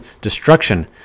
destruction